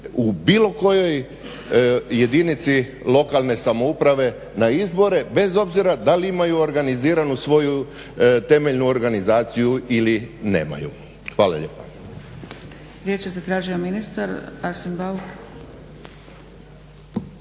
u bilo kojoj jedinici lokalne samouprave na izbore bez obzira da li imaju organiziranu svoju temeljnu organizaciju ili nemaju. Hvala lijepa.